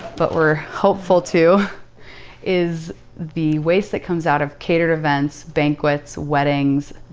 but we're hopeful to is the waste that comes out of catered events, banquets, weddings,